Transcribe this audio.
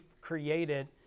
created